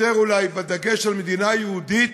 אולי בדגש על מדינה יהודית,